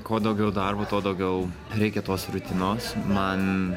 kuo daugiau darbo tuo daugiau reikia tos rutinos man